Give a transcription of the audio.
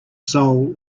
soul